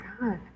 god